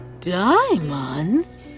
Diamonds